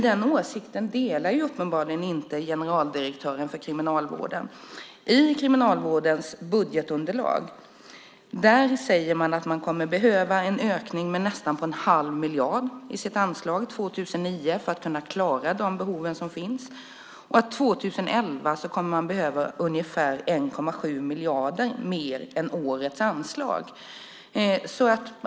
Den åsikten delar uppenbarligen inte generaldirektören för Kriminalvården. I Kriminalvårdens budgetunderlag säger man att man kommer att behöva en ökning av anslaget med nästan 1⁄2 miljard 2009 för att kunna klara de behov som finns. År 2011 kommer man att behöva ungefär 1,7 miljarder mer än årets anslag.